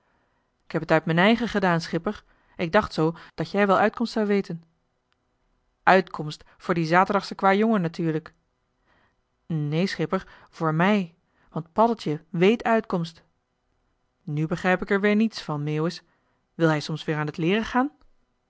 ik heb t nit m'n eigen gedaan schipper ik dacht zoo dat joe wel uitkomst zou weten uitkomst voor dien zaterdagschen kwâjongen natuurlijk neen schipper voor mij want paddeltje wéét uitkomst nu begrijp ik er weer niets van meeuwis wil hij soms weer aan t leeren gaan